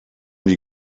die